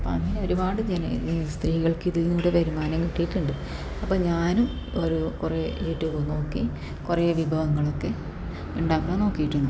അങ്ങനെ ഒരുപാട് ജന സ്ത്രീകൾക്ക് ഇതിലൂടെ വരുമാനം കിട്ടിയിട്ടുണ്ട് അപ്പം ഞാനും ഒരു കുറെ യൂട്യൂബ് നോക്കി കുറെ വിഭവങ്ങൾ ഒക്കെ ഉണ്ടാക്കാൻ നോക്കിയിട്ടുണ്ട്